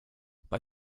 bei